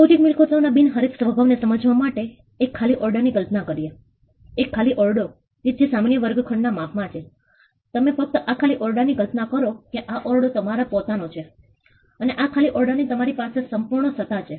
હવે બૌદ્ધિક મિલકતોના બિનહરીફ સ્વભાવ ને સમજવા માટે એક ખાલી ઓરડાની કલ્પના કરીએ એક ખાલી ઓરડો કે જે સામાન્ય વર્ગખંડ ના માપ માં છે તમે ફક્ત આ ખાલી ઓરડા ની કલ્પના કરો કે આ ઓરડો તમારો પોતાનો છે અને આ ખાલી ઓરડાની તમારી પાસે સંપૂર્ણ સત્તા છે